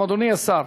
אדוני השר,